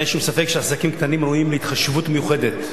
אין שום ספק שעסקים קטנים ראויים להתחשבות מיוחדת,